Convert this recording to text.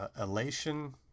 Elation